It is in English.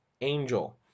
angel